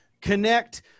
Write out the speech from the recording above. connect